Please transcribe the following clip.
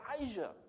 Elijah